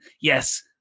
yes